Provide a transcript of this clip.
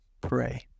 pray